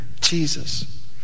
Jesus